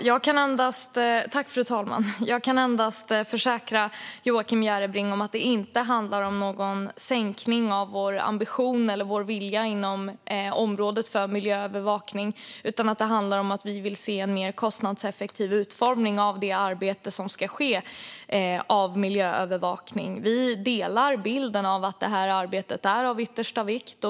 Fru talman! Jag kan försäkra Joakim Järrebring om att det inte handlar om någon sänkning av vår ambition eller vilja inom området för miljöövervakning. Vad det handlar om är att vi vill se en mer kostnadseffektiv utformning av det arbete som ska ske med miljöövervakning. Vi delar bilden att det här arbetet är av yttersta vikt.